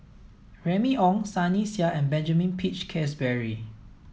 Remy Ong Sunny Sia and Benjamin Peach Keasberry